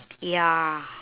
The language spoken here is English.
ya